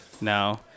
No